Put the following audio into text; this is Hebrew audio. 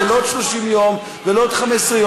זה לא עוד 30 יום ולא עוד 15 יום,